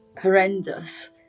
horrendous